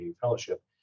fellowship